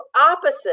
opposite